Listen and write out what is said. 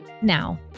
Now